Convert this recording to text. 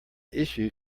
issue